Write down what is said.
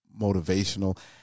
motivational